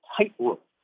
tightrope